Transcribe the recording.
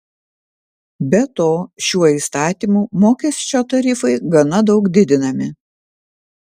be to šiuo įstatymu mokesčio tarifai gana daug didinami